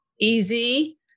easy